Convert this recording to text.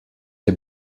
der